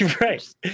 Right